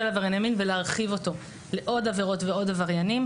עברייני מין ולהרחיב אותו לעוד עבירות ועוד עבריינים.